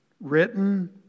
written